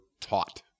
taught